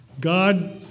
God